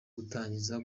gutangiza